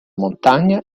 montagna